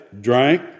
drank